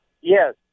Yes